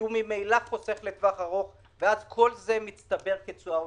כי הוא ממילא חוסך לטווח ארוך והכל מצטבר כתשואה עודפת.